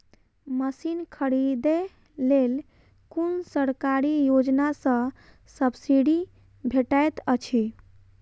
Machine खरीदे लेल कुन सरकारी योजना सऽ सब्सिडी भेटैत अछि?